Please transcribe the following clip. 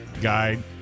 guide